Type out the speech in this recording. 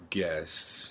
guests